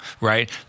right